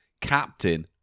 Captain